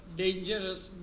dangerous